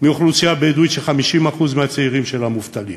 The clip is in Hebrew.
מהאוכלוסייה הבדואית, ש-50% מהצעירים שלה מובטלים.